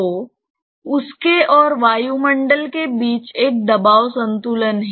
तो उसके और वायुमंडल के बीच एक दबाव संतुलन है